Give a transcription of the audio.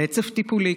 רצף טיפולי,